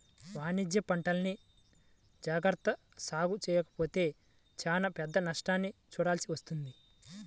వాణిజ్యపంటల్ని జాగర్తగా సాగు చెయ్యకపోతే చానా పెద్ద నష్టాన్ని చూడాల్సి వత్తది